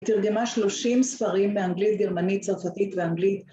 היא תרגמה שלושים ספרים באנגלית, גרמנית, צרפתית ואנגלית.